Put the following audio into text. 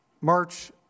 March